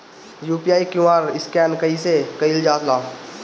UPI QR scan कइसे कईल जा ला?